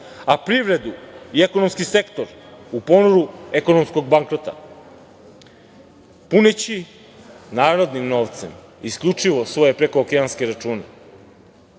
a privredu i ekonomski sektor u ponoru ekonomskog bankrota, puneći narodnim novcem isključivo svoje prekookeanske račune